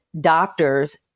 doctors